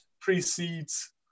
precedes